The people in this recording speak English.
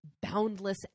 boundless